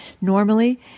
normally